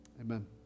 amen